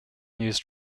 used